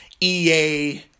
EA